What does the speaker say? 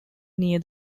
near